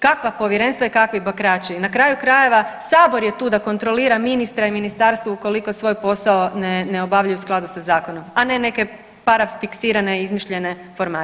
Kakva povjerenstva i kakvi bakrači, na kraju krajeva sabor je tu da kontrolira ministre i ministarstva ukoliko svoj posao ne, ne obavljaju u skladu sa zakonom, a neke parafiksirane i izmišljene formacije.